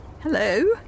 Hello